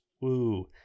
Woo